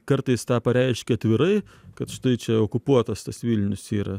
kartais tą pareiškia atvirai kad štai čia okupuotas tas vilnius yra